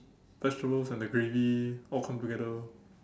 vegetables and the gravy all come together